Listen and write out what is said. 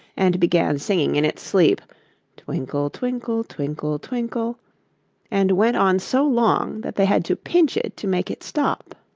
and began singing in its sleep twinkle, twinkle, twinkle, twinkle and went on so long that they had to pinch it to make it stop.